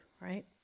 right